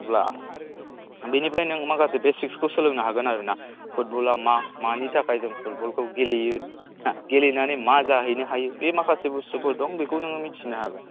अब्ला बेनिफ्राय नों माखासे बेसिकसखौ सोलोंनो हागोन आरो ना फुटबला मा मानि थाखाय जों फुटबलखौ गेलेयो गेलेनानै मा जाहैनो हायो बे माखासे बुस्थुफोर दं बेखौ नों मिथिनो हागोन